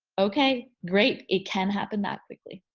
okay, great. it can happen that quickly.